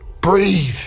Breathe